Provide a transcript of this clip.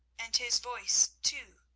and his voice, too,